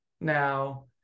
now